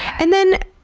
and then,